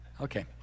Okay